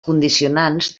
condicionants